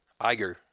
Iger